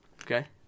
Okay